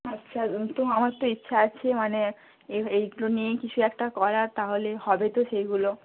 আচ্ছা তো আমার তো ইচ্ছা আছে মানে এই এইগুলো নিয়েই কিছু একটা করার তাহলে হবে তো সেইগুলো